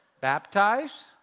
Baptize